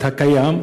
את הקיים,